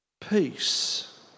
Peace